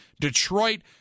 Detroit